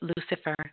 Lucifer